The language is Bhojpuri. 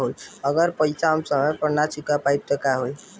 अगर हम पेईसा समय पर ना चुका पाईब त का होई?